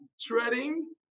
treading